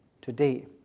today